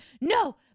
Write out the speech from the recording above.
no